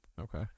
Okay